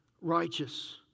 Righteous